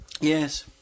Yes